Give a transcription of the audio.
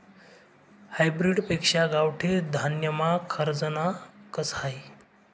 hybrid पेक्शा गावठी धान्यमा खरजना कस हास